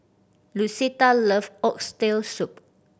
Lucetta loves Oxtail Soup